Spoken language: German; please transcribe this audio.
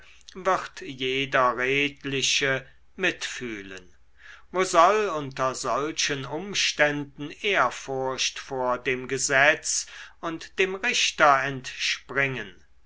wird jeder redliche mitfühlen wo soll unter solchen umständen ehrfurcht vor dem gesetz und dem richter entspringen